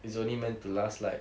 is only meant to last like